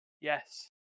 Yes